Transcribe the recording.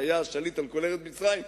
שהיה שליט על כל ארץ מצרים,